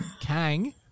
Kang